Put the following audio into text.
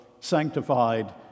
sanctified